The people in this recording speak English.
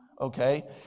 Okay